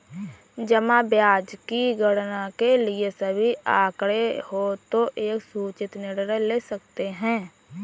जमा ब्याज की गणना के लिए सभी आंकड़े हों तो एक सूचित निर्णय ले सकते हैं